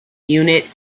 unit